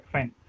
Fine